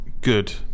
good